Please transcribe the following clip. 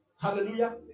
Hallelujah